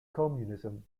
communism